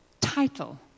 title